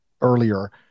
earlier